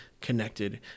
connected